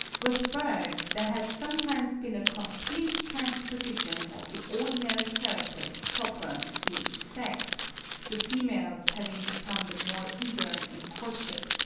with birds there has sometimes been a complete transposition of the ordinary characters proper to each sex the females having become the more eager in courtship,